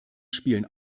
spielen